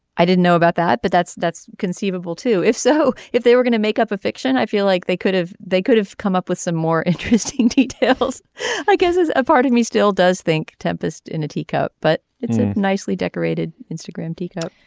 i didn't know about that but that's that's conceivable too if so if they were going to make up a fiction i feel like they could have they could have come up with some more interesting details i guess as a part of me still does think. tempest in a teacup. but it's a nicely decorated instagram teacup.